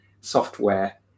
software